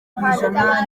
kw’ijana